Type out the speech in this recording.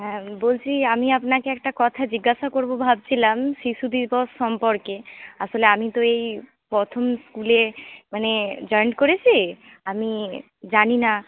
হ্যাঁ বলছি আমি আপনাকে একটা কথা জিজ্ঞাসা করবো ভাবছিলাম শিশু দিবস সম্পর্কে আসলে আমি তো এই প্রথম স্কুলে মানে জয়েন করেছি আমি জানিনা